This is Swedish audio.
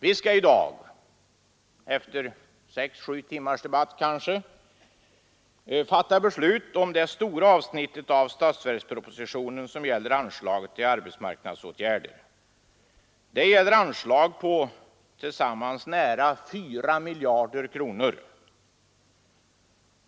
Vi skall i dag — kanske efter sex sju timmars debatt — fatta beslut om det stora avsnitt av statsverkspropositionen som avser anslaget till arbetsmarknadsåtgärder. Det gäller anslag på tillsammans nära 4 miljarder kronor.